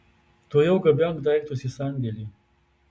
tuojau gabenk daiktus į sandėlį